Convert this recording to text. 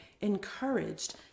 encouraged